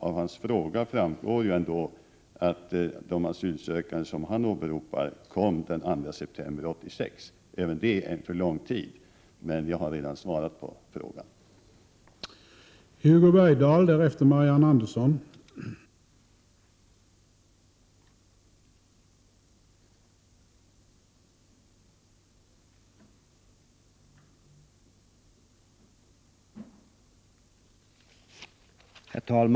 Av hans fråga framgår ändå att de asylsökande som han åberopar kom den 2 september 1986. Även det är för lång tid, men jag har redan svarat på den fråga Hugo Bergdahl ställde.